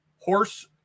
horse